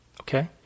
okay